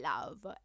love